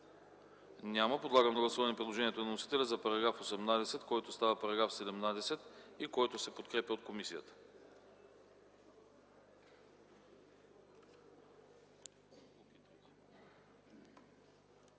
Няма. Подлагам на гласуване предложението на вносителя за § 18, който става § 17, и който се подкрепя от комисията.